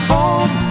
Home